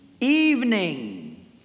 Evening